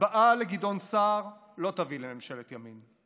הצבעה לגדעון סער לא תביא לממשלת ימין,